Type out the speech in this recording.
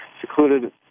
secluded